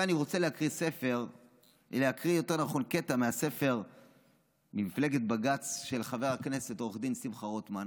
אני רוצה להקריא קטע מהספר מפלגת בג"ץ של חבר הכנסת עו"ד שמחה רוטמן.